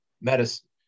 medicine